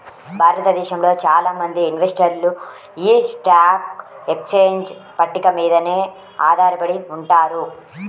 భారతదేశంలో చాలా మంది ఇన్వెస్టర్లు యీ స్టాక్ ఎక్స్చేంజ్ పట్టిక మీదనే ఆధారపడి ఉంటారు